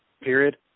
Period